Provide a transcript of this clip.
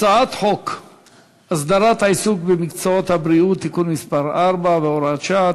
הצעת חוק הסדרת העיסוק במקצועות הבריאות (תיקון מס' 4 והוראת שעה),